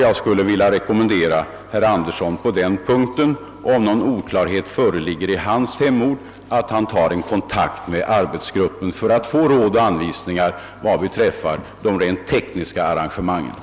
Jag skulle vilja rekommendera herr Andersson att, om någon oklarhet föreligger på denna punkt i hans hemort, ta kontakt med arbetsgruppen för att få råd och anvisningar vad beträffar de tekniska arrangemangen.